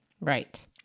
Right